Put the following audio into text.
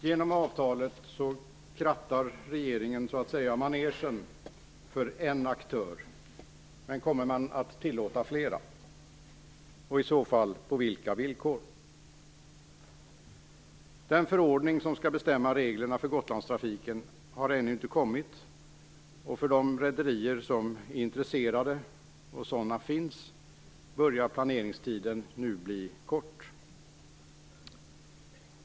Genom avtalet krattar regeringen så att säga manegen för en aktör, men kommer man att tillåta flera? Och i så fall: på vilka villkor? Den förordning som skall bestämma reglerna för Gotlandstrafiken har ännu inte kommit, och för de rederier som är intresserade - och sådana finns - börjar planeringstiden nu bli kort.